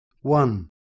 one